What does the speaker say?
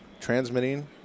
transmitting